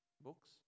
books